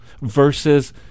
versus